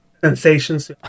sensations